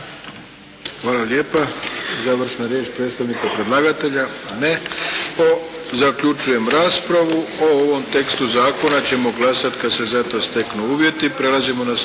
Hvala lijepa. Završna riječ predstavnika predlagatelja? Ne. Zaključujem raspravu. O ovom tekstu zakona ćemo glasati kad se za to steknu uvjeti.